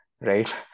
right